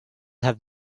have